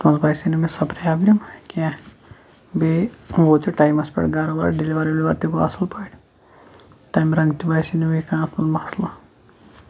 اتھ مَنٛز باسے نہٕ مےٚ سۄ پرابلِم کینٛہہ بییٚہِ ووت یہِ ٹایمَس پٮ۪ٹھ گَرٕ وَرٕ ڈیٚلِوَر ویلوَر تہِ گوٚو اَصل پٲٹھۍ تمہِ رَنٛگہٕ تہٕ باسے نہٕ مےٚ کانٛہہ مَسلہٕ